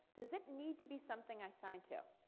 does it need to be something i signed to,